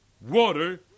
water